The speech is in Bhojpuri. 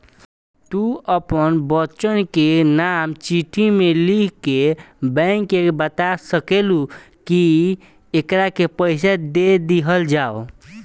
तू आपन बच्चन के नाम चिट्ठी मे लिख के बैंक के बाता सकेलू, कि एकरा के पइसा दे दिहल जाव